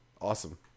Awesome